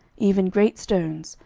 even great stones,